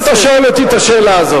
למה אתה שואל אותי את השאלה הזאת?